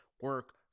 Work